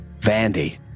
Vandy